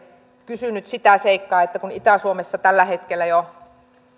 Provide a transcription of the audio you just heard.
kysynyt sitä seikkaa että kun itä suomessa jo tällä hetkellä